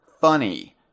funny